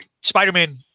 Spider-Man